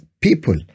people